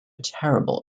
terrible